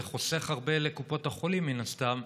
זה חוסך הרבה לקופות החולים, מן הסתם,